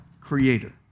Creator